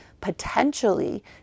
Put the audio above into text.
potentially